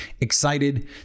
Excited